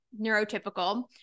neurotypical